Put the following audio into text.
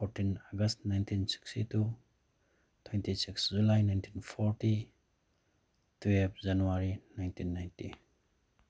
fourteen August nineteen sixty two twenty six July nineteen forty twelve January nineteen ninety